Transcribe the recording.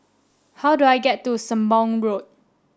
how do I get to Sembong Road